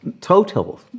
total